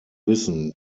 wissen